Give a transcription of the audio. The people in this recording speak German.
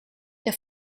der